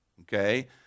okay